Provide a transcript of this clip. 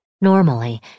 Normally